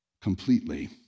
completely